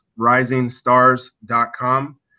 RisingStars.com